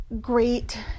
great